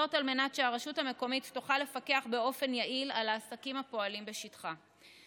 על מנת שהרשות המקומית תוכל לפקח באופן יעיל על העסקים הפועלים בשטחה.